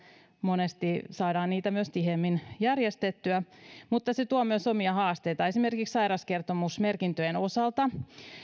monesti saamme niitä järjestettyä myös tiheämmin mutta se tuo myös omia haasteita esimerkiksi sairaskertomusmerkintöjen osalta